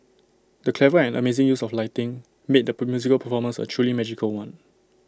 the clever and amazing use of lighting made the musical performance A truly magical one